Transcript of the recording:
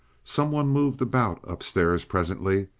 some one moved about upstairs presently,